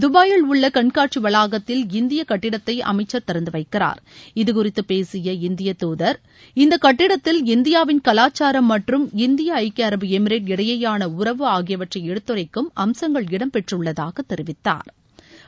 தபாயில் உள்ள கண்காட்சி வளாகத்தில் இந்திய கட்டிடத்தை அமைச்சர் திறந்து வைக்கிறார் இதுகறித்து பேசிய இந்திய துதர் இந்த கட்டிடத்தில் இந்தியாவின் கலாச்சாரம் மற்றும் இந்தியா ஐக்கிய அரபு எமிரேட் இடையேயான உறவு ஆகியவற்றை எடுத்துரைக்கும் அம்சங்கள் இடம் பெற்றுள்ளதாக தெரிவித்தாா்